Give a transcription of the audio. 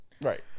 Right